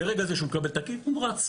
מרגע זה שהוא מקבל את הקיט הוא רץ.